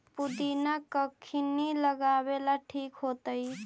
पुदिना कखिनी लगावेला ठिक होतइ?